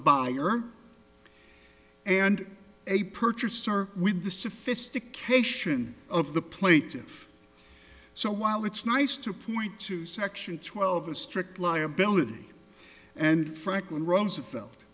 buyer and a purchaser with the sophistication of the plate so while it's nice to point to section twelve a strict liability and franklin roosevelt